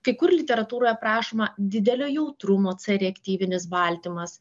kai kur literatūroje aprašoma didelio jautrumo c reaktyvinis baltymas